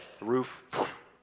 Roof